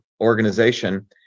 organization